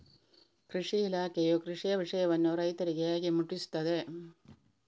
ಕೃಷಿ ಇಲಾಖೆಯು ಕೃಷಿಯ ವಿಷಯವನ್ನು ರೈತರಿಗೆ ಹೇಗೆ ಮುಟ್ಟಿಸ್ತದೆ?